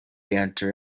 enter